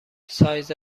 سایز